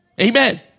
Amen